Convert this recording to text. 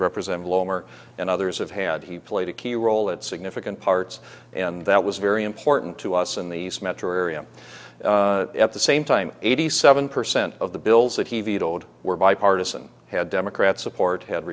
lower and others have had he played a key role at significant parts and that was very important to us in these metro area at the same time eighty seven percent of the bills that he vetoed were bipartisan had democrat support had